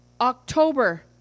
October